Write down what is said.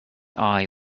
eye